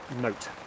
note